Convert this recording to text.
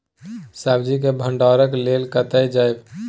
सब्जी के भंडारणक लेल कतय जायब?